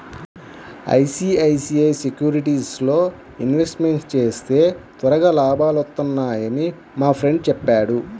ICICI సెక్యూరిటీస్లో investment చేస్తే త్వరగా లాభాలొత్తన్నయ్యని మా ఫ్రెండు చెప్పాడు